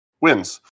wins